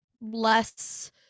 less